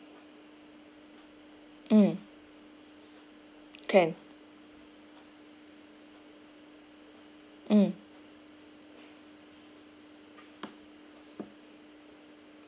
mm can mm